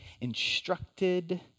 instructed